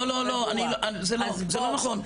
לא, לא, זה לא נכון.